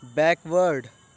back word